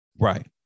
Right